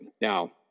Now